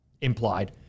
implied